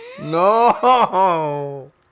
no